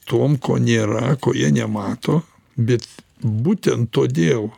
tuom ko nėra ko jie nemato bet būtent todėl